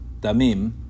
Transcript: damim